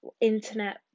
internet